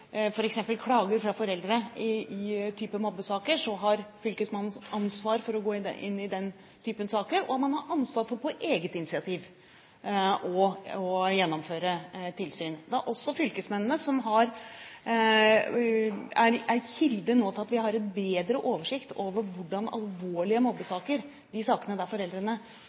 klager fra foreldre i mobbesaker, har fylkesmannen ansvar for å gå inn i den type saker, og man har ansvar for på eget initiativ å gjennomføre tilsyn. Det er også fylkesmennene som er kilden til at vi nå har bedre oversikt over alvorlige mobbesaker, de saker som kan ligne den saken som trekkes fram her, der foreldrene